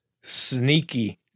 sneaky